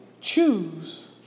Choose